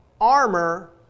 armor